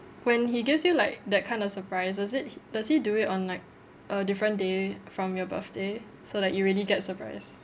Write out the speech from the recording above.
when he gives you like that kind of surprises is it does he do it on like a different day from your birthday so like you already get surprise